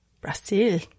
Brazil